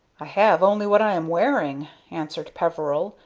i have only what i am wearing, answered peveril,